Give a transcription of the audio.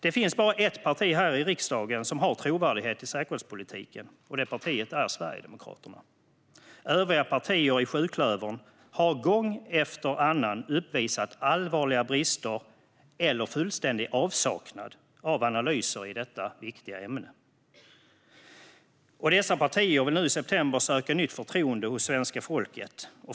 Det finns bara ett parti i riksdagen som har trovärdighet i säkerhetspolitiken, och det partiet är Sverigedemokraterna. Övriga partier i sjuklövern har gång efter annan uppvisat allvarliga brister eller fullständig avsaknad av analyser i detta viktiga ämne. Dessa partier vill nu i september söka nytt förtroende hos svenska folket.